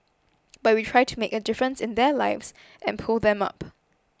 but we try to make a difference in their lives and pull them up